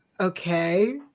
okay